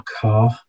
car